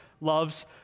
loves